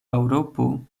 eŭropo